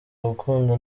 gukunda